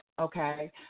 Okay